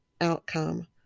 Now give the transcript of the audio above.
outcome